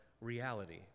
reality